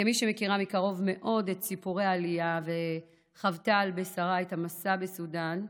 כמי שמכירה מקרוב מאוד את סיפורי העלייה וחוותה על בשרה את המסע בסודאן,